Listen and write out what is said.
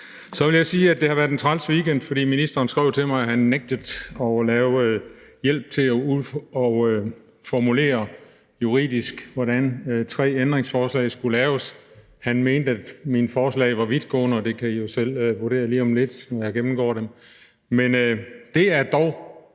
Så vil jeg sige, at det har været træls weekend, fordi ministeren skrev til mig, at han nægtede at give hjælp til juridisk at formulere, hvordan tre ændringsforslag skulle laves. Han mente, at mine forslag var vidtgående, og det kan I jo selv vurdere lige om lidt, når jeg gennemgår dem. Det er dog